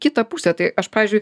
kitą pusę tai aš pavyzdžiui